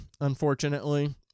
unfortunately